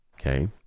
okay